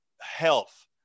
health